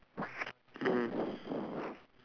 mm